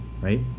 right